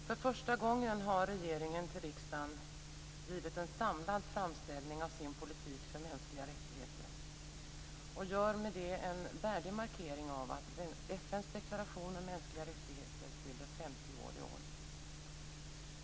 Herr talman! För första gången har regeringen till riksdagen givit en samlad framställning av sin politik för mänskliga rättigheter och gör med det en värdig markering av att FN:s deklaration om mänskliga rättigheter fyller 50 år i år.